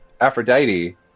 Aphrodite